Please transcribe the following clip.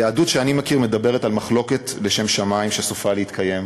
היהדות שאני מכיר מדברת על מחלוקת לשם שמים שסופה להתקיים,